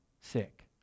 sick